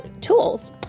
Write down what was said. tools